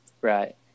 Right